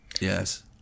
Yes